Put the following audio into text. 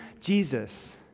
Jesus